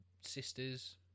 sisters